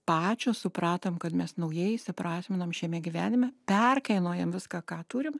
pačios supratom kad mes naujai įsiprasminom šiame gyvenime perkainojam viską ką turim